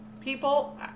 People